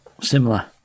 similar